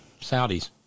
Saudis